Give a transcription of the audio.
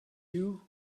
you